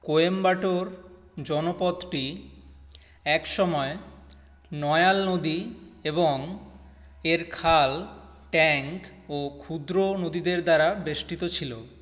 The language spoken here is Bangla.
কোয়েম্বাটোর জনপদটি একসময় নয়্যাল নদী এবং এর খাল ট্যাঙ্ক ও ক্ষুদ্র নদীদের দ্বারা বেষ্টিত ছিল